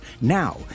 Now